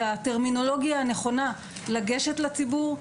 והטרמינולוגיה הנכונה היא לגשת לציבור,